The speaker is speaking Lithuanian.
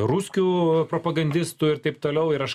ruskių propagandistų ir taip toliau ir aš